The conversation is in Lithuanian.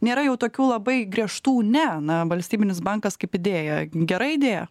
nėra jau tokių labai griežtų ne na valstybinis bankas kaip idėja gera idėja